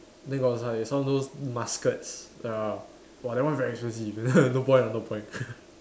then got like some those muskets ya !wah! that one very expensive no point lah no point